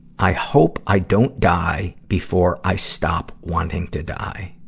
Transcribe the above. i hope i don't die before i stop wanting to die.